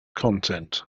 content